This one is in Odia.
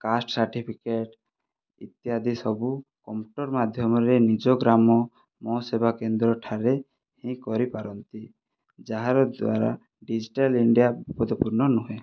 କାଷ୍ଟ ସାର୍ଟିଫିକେଟ୍ ଇତ୍ୟାଦି ସବୁ କମ୍ପ୍ୟୁଟର ମାଧ୍ୟମରେ ନିଜ ଗ୍ରାମ ମୋ' ସେବା କେନ୍ଦ୍ର ଠାରେ ହିଁ କରିପାରନ୍ତି ଯାହାର ଦ୍ୱାରା ଡିଜିଟାଲ ଇଣ୍ଡିଆ ବିପଦପୂର୍ଣ ନୁହେଁ